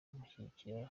kumushyigikira